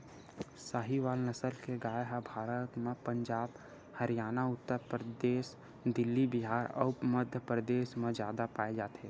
साहीवाल नसल के गाय ह भारत म पंजाब, हरयाना, उत्तर परदेस, दिल्ली, बिहार अउ मध्यपरदेस म जादा पाए जाथे